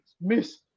Miss